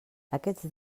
aquests